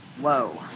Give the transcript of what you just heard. Whoa